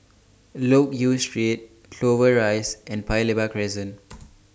Loke Yew Street Clover Rise and Paya Lebar Crescent